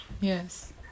Yes